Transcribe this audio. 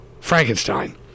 Frankenstein